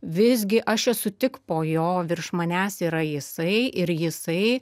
visgi aš esu tik po jo virš manęs yra jisai ir jisai